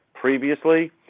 previously